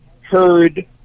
heard